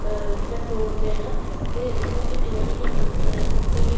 जां तोड़दे न ते उ'नेंगी तोड़ियै कुटी कुट्टी कुट्टियै